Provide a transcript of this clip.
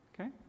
Okay